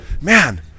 man